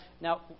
Now